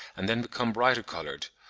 and then become brighter coloured,